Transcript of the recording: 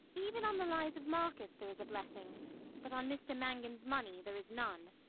even on the lies of marcus there is a blessing but on mr mangan's money there is none.